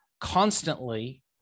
Constantly